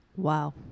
Wow